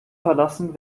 verlassen